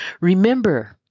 Remember